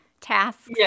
tasks